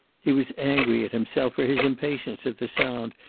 he was angry at himself for his impatience at the sound.